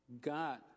God